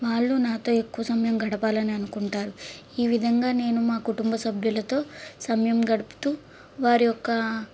వాళ్ళు నాతో ఎక్కువ సమయం గడపాలనుకుంటారు ఈ విధంగా నేను మా కుటుంబ సభ్యులతో సమయం గడుపుతు వారి యొక్క